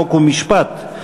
חוק ומשפט,